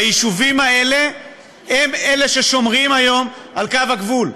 היישובים האלה הם אלה ששומרים היום על קו הגבול,